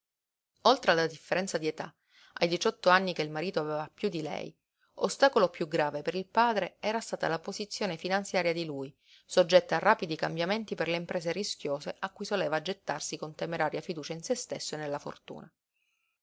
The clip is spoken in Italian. oltre alla differenza di età ai diciotto anni che il marito aveva piú di lei ostacolo piú grave per il padre era stata la posizione finanziaria di lui soggetta a rapidi cambiamenti per le imprese rischiose a cui soleva gettarsi con temeraria fiducia in sé stesso e nella fortuna